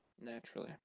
Naturally